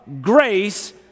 grace